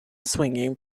swinging